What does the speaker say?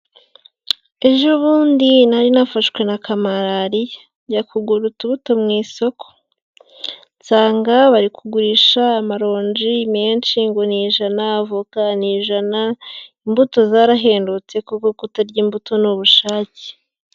Ejo bundi nari nafashwe na ka malariya, njya kugura utubuto mu isoko. Nsanga bari kugurisha amaronji menshi ngo ni ijana, voka ni ijana, imbuto zarahendutse koko kutarya imbuto ni ubushake.